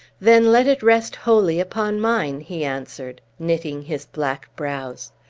then let it rest wholly upon mine! he answered, knitting his black brows.